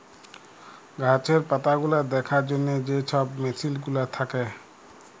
গাহাচের পাতাগুলা দ্যাখার জ্যনহে যে ছব মেসিল গুলা থ্যাকে